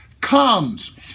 comes